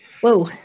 Whoa